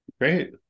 great